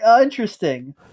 interesting